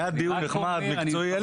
אין לי